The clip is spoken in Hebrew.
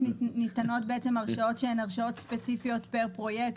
ניתנות הרשאות שהן הרשאות ספציפיות פר פרויקט,